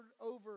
over